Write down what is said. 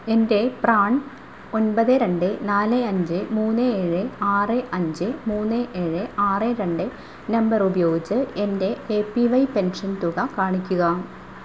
എൻ്റെ പ്രാൻ ഒൻപത് രണ്ട് നാല് അഞ്ച് മൂന്ന് ഏഴ് ആറ് അഞ്ച് മൂന്ന് ഏഴ് ആറ് രണ്ട് നമ്പർ ഉപയോഗിച്ച് എൻ്റെ എ പി വൈ പെൻഷൻ തുക കാണിക്കുക